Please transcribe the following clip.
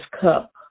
cup